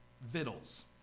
Vittles